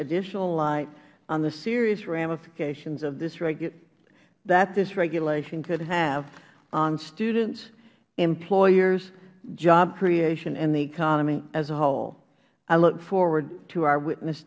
additional light on the serious ramifications that this regulation could have on students employers job creation in the economy as a whole i look forward to our witness